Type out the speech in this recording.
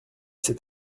cet